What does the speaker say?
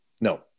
No